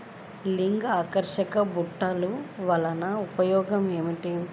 లింగాకర్షక బుట్టలు వలన ఉపయోగం ఏమిటి?